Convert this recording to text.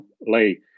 lay